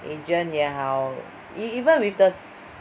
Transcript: agent 也好 e~ even with the s~